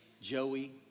Joey